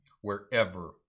wherever